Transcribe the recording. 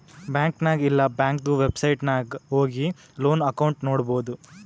bank ನಾಗ್ ಇಲ್ಲಾ ಬ್ಯಾಂಕ್ದು ವೆಬ್ಸೈಟ್ ನಾಗ್ ಹೋಗಿ ಲೋನ್ ಅಕೌಂಟ್ ನೋಡ್ಬೋದು